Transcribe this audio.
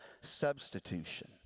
substitution